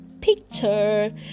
picture